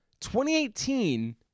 2018